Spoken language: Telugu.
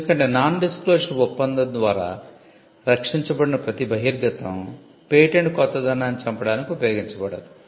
ఎందుకంటే నాన్ డిస్క్లోజర్ ఒప్పందం ద్వారా రక్షించబడిన ప్రతి బహిర్గతం పేటెంట్ కొత్తదనాన్ని చంపడానికి ఉపయోగించబడదు